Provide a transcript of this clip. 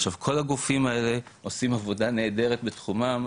עכשיו כל הגופים האלה עושים עבודה נהדרת בתחומם,